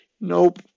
nope